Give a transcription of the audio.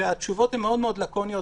והתשובות הן מאוד לקוניות,